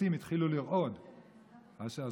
אז